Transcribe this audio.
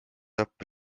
appi